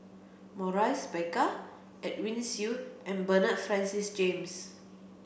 Maurice Baker Edwin Siew and Bernard Francis James